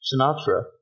Sinatra